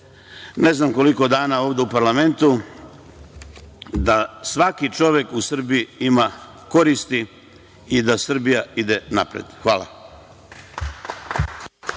ne znam koliko dana ovde u parlamentu, da svaki čovek u Srbiji ima koristi i da Srbija ide napred. Hvala.